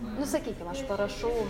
nu sakykim aš parašau